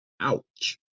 Ouch